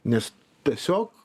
nes tiesiog